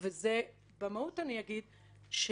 ולנו הוא מפריע מאוד בחזקה, זה